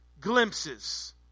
glimpses